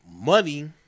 money